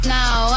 now